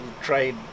trade